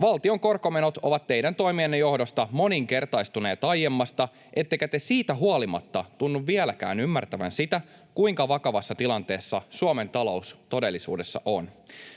Valtion korkomenot ovat teidän toimienne johdosta moninkertaistuneet aiemmasta, ettekä te siitä huolimatta tunnu vieläkään ymmärtävän sitä, kuinka vakavassa tilanteessa Suomen talous todellisuudessa on.